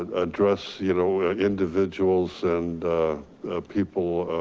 ah address, you know individuals and people,